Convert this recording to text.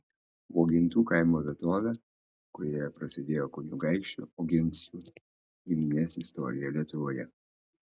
uogintų kaimo vietovę kurioje prasidėjo kunigaikščių oginskių giminės istorija lietuvoje